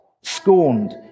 scorned